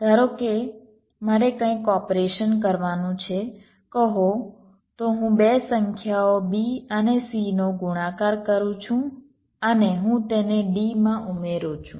ધારો કે મારે કંઈક ઓપરેશન કરવાનું છે કહો તો હું બે સંખ્યાઓ b અને c નો ગુણાકાર કરું છું અને હું તેને d માં ઉમેરું છું